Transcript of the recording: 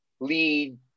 lead